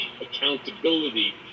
accountability